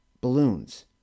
Balloons